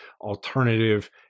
alternative